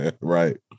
Right